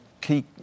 key